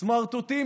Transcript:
סמרטוטים